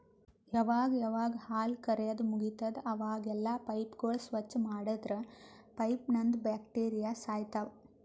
ಯಾವಾಗ್ ಯಾವಾಗ್ ಹಾಲ್ ಕರ್ಯಾದ್ ಮುಗಿತದ್ ಅವಾಗೆಲ್ಲಾ ಪೈಪ್ಗೋಳ್ ಸ್ವಚ್ಚ್ ಮಾಡದ್ರ್ ಪೈಪ್ನಂದ್ ಬ್ಯಾಕ್ಟೀರಿಯಾ ಸಾಯ್ತವ್